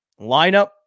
lineup